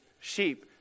sheep